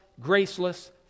graceless